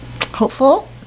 hopeful